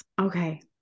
Okay